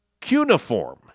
cuneiform